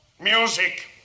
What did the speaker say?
Music